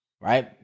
right